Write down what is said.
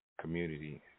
community